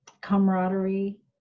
camaraderie